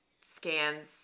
scans